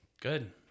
Good